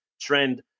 trend